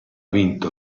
vinto